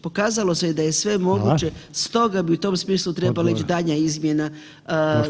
Pokazalo se da je sve moguće [[Upadica Reiner: Hvala.]] stoga bi u tom smislu trebala ići daljnja izmjena zakona.